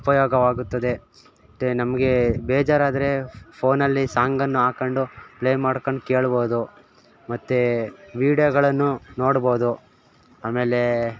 ಉಪಯೋಗವಾಗುತ್ತದೆ ಮತ್ತೆ ನಮಗೆ ಬೇಜಾರಾದರೆ ಫೋನಲ್ಲಿ ಸಾಂಗನ್ನು ಹಾಕೊಂಡು ಪ್ಲೇ ಮಾಡ್ಕೊಂಡು ಕೇಳ್ಬೋದು ಮತ್ತೆ ವೀಡಿಯೊಗಳನ್ನು ನೋಡ್ಬೋದು ಆಮೇಲೆ